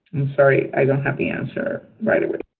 i'm sorry. i don't have the answer right away.